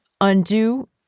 undo